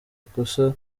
ikosa